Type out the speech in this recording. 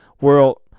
world